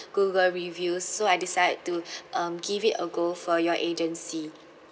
google reviews so I decide to um give it a go for your agency